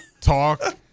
talk